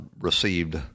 received